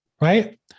right